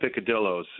picadillos